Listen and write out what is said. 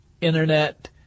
internet